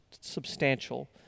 substantial